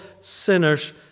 sinners